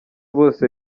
bose